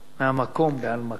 מהמקום, בהנמקה?